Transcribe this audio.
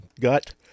gut